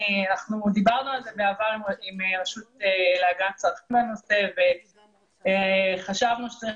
דיברנו על זה בעבר עם הרשות להגנת הצרכן וחשבנו שצריך